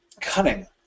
cunning